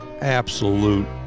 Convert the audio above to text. absolute